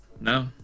No